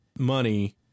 money